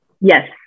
Yes